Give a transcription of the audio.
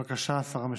בבקשה, שר המשפטים.